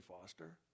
Foster